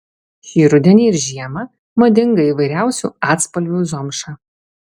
šį rudenį ir žiemą madinga įvairiausių atspalvių zomša